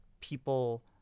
people